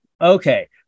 Okay